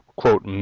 quote